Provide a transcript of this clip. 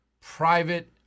private